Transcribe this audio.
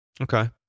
Okay